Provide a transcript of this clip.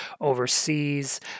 overseas